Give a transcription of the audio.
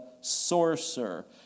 sorcerer